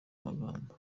magambo